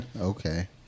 Okay